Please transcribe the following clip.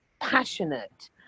passionate